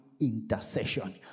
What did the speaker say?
intercession